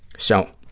so,